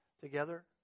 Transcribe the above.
together